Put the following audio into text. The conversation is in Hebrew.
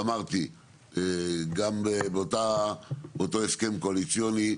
ואמרתי גם באותו הסכם קואליציוני,